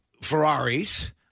Ferraris